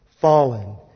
fallen